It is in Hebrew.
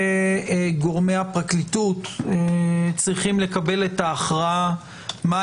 וגורמי הפרקליטות צריכים לקבל את ההכרעה מה